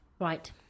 Right